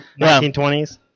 1920s